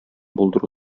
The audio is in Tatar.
булдыру